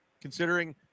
considering